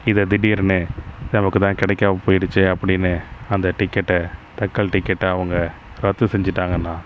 இதை திடீர்னு நமக்கு தான் கிடைக்காம போயிடுத்தே அப்படின்னு அந்த டிக்கெட்டை தட்கல் டிக்கெட்டை அவங்க ரத்து செஞ்சிட்டாங்கன்னால்